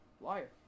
liar